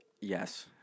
Yes